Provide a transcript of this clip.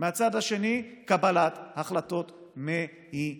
מהצד השני, קבלת החלטות מהירה.